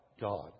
God